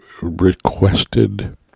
requested